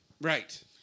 Right